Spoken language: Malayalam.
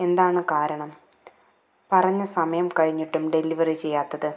എന്താണ് കാരണം പറഞ്ഞ സമയം കഴിഞ്ഞിട്ടും ഡെലിവറി ചെയ്യാത്തത്